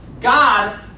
God